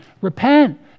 Repent